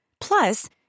Plus